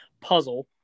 puzzle